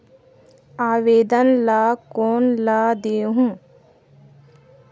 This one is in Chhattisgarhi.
आवेदन ला कोन ला देहुं?